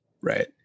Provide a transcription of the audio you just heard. right